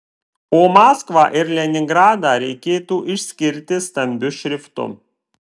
o maskvą ir leningradą reikėtų išskirti stambiu šriftu